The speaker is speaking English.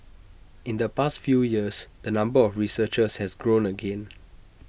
in the past few years the number of researchers has grown again